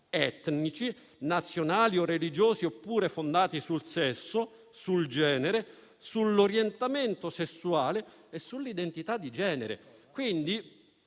etnici, nazionali e religiosi oppure fondati sul sesso, sul genere, sull'orientamento sessuale e sull'identità di genere. Quindi,